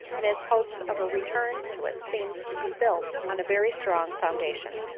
and his hopes of a return to it seemed to be built on a very strong foundation.